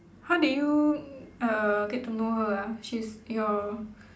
how did you uh get to know her ah she is your